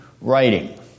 writing